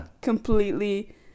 completely